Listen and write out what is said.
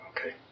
Okay